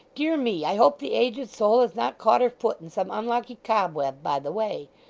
dear me! i hope the aged soul has not caught her foot in some unlucky cobweb by the way.